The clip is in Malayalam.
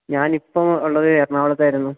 ഞാനിപ്പോഴുള്ളത് എറണാകുളത്തായിരുന്നു